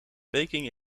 peking